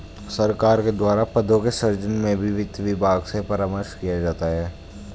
सरकार के द्वारा पदों के सृजन में भी वित्त विभाग से परामर्श किया जाता है